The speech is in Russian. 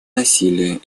насилия